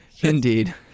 Indeed